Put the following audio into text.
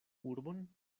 urbon